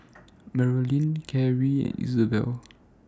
Marylyn Carey and Isabelle